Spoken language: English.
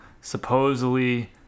Supposedly